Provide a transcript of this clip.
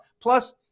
Plus